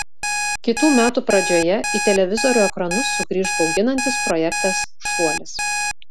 kitų metų pradžioje į televizorių ekranus sugrįš bauginantis projektas šuolis